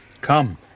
Come